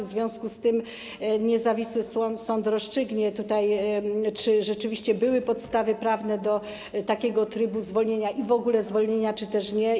W związku z tym niezawisły sąd rozstrzygnie, czy rzeczywiście były podstawy prawne do takiego trybu zwolnienia - i w ogóle zwolnienia, czy też nie.